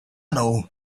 know